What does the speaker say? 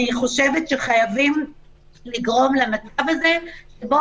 אני חושבת שחייבים לגרום למצב הזה, שבו